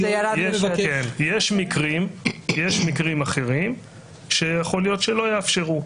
יש מקרים אחרים שיכול להיות שלא יאפשרו.